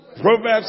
Proverbs